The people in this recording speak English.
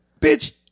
Bitch